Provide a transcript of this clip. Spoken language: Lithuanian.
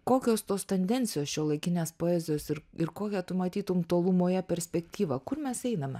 kokios tos tendencijos šiuolaikinės poezijos ir ir kokią tu matytum tolumoje perspektyvą kur mes einame